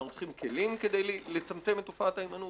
אנחנו צריכים כלים כדי לצמצם את תופעת ההימנעות,